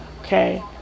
okay